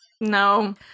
No